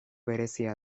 berezia